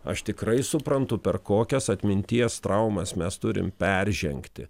aš tikrai suprantu per kokias atminties traumas mes turim peržengti